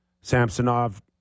Samsonov